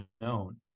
known